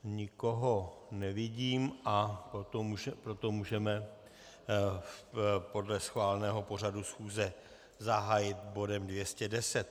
Nikoho nevidím, a proto můžeme podle schváleného pořadu schůze zahájit bodem 210.